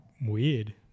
weird